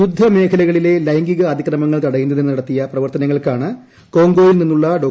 യുദ്ധ മേഖലകളിലെ ലൈംഗിക അതിക്രമങ്ങൾ തടയുന്നതിന് നടത്തിയ പ്രവർത്തനങ്ങൾക്കാണ് കൊംഗോയിൽ നിന്നുള്ള ഡോ